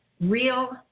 real